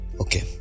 okay